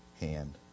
hand